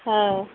ହଁ